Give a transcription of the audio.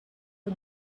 the